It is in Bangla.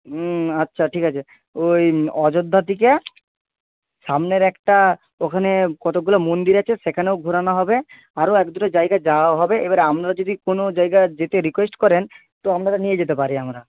হুম আচ্ছা ঠিক আছে ওই অযোধ্যার দিকে সামনের একটা ওখানে কতকগুলো মন্দির আছে সেখানেও ঘোরানো হবে আরও এক দুটো জায়গা যাওয়া হবে এবার আপনারা যদি কোনো জায়গা যেতে রিকোয়েস্ট করেন তো আমরা নিয়ে যেতে পারি আমরা